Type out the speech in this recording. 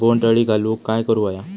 बोंड अळी घालवूक काय करू व्हया?